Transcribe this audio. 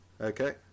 Okay